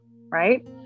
right